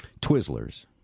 Twizzlers